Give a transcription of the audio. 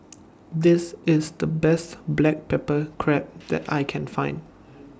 This IS The Best Black Pepper Crab that I Can Find